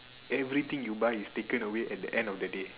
everything you buy is taken away at the end of the day